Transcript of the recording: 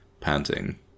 panting